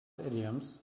idioms